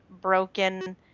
broken